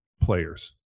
players